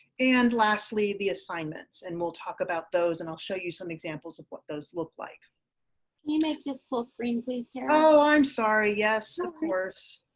and lastly the assignments. and we'll talk about those. and i'll show you some examples of what those look like. can you make this full screen please? you know i'm sorry. yes. of course.